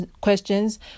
questions